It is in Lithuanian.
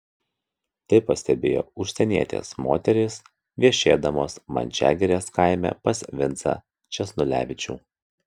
tai pastebėjo užsienietės moterys viešėdamos mančiagirės kaime pas vincą česnulevičių